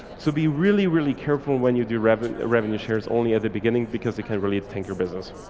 so be really really careful when you do revenue revenue shares only at the beginning because they can really tank your business.